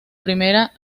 primera